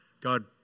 God